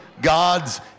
God's